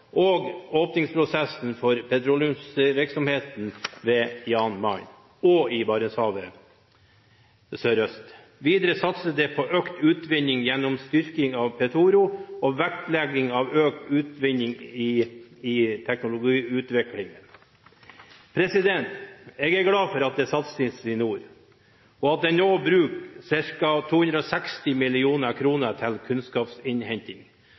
Barentshavet. Videre satses det på økt utvinning gjennom styrking av Petoro og vektlegging av økt utvinning når det gjelder teknologiutvikling. Jeg er glad for at det satses i nord, og at en nå bruker ca. 260 mill. kr til kunnskapsinnhenting